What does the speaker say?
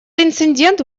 инцидент